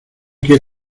que